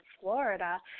Florida